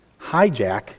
hijack